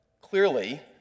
clearly